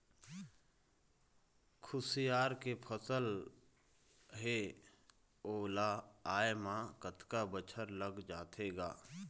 खुसियार के फसल हे ओ ला आय म कतका बछर लग जाथे गा?